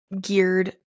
geared